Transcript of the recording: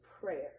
prayer